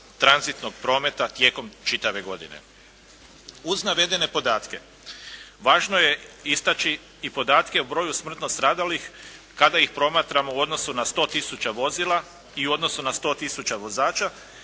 tranzitnog prometa tijekom čitave godine. Uz navedene podatke važno je istaći i podatke o broju smrtno stradalih kada ih promatramo u odnosu na 100 tisuća vozila i u odnosu na 100 tisuća vozača